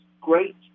great